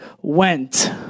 went